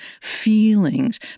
feelings